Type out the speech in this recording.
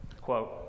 quote